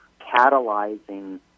catalyzing